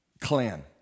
clan